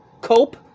cope